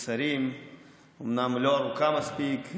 אומנם לא ארוכה מספיק,